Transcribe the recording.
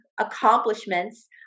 accomplishments